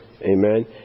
Amen